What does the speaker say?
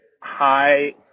high